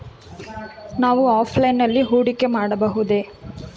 ನಾವು ಆಫ್ಲೈನ್ ನಲ್ಲಿ ಹೂಡಿಕೆ ಮಾಡಬಹುದೇ?